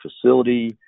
facility